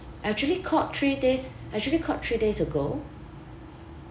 actually called three days actually called three days ago